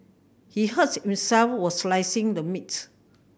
he hurt himself while slicing the meat